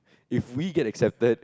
if we get accepted